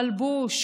מלבוש,